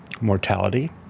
mortality